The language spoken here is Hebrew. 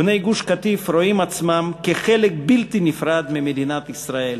בני גוש-קטיף רואים עצמם כחלק בלתי נפרד ממדינת ישראל,